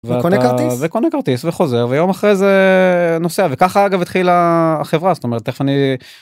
וקונה כרטיס וחוזר ויום אחרי זה נוסע וככה אגב התחילה החברה זאת אומרת איך אני.